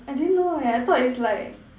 I didn't know eh I thought it's like